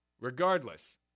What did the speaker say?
Regardless